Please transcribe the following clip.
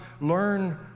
learn